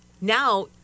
now